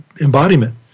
embodiment